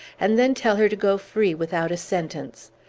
and then tell her to go free without a sentence.